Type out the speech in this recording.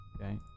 Okay